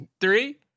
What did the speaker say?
Three